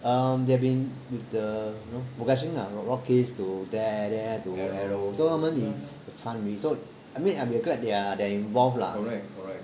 um they've been with the you know progressing lah rock kidz to dare to arrow so 他们有参与 so I am glad they are involve lah